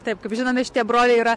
taip kaip žinome šitie broliai yra